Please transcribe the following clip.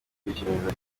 kwishimirwa